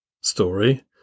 story